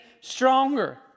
stronger